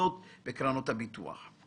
מסובסדות בקרנות הביטוח.